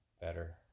better